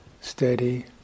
steady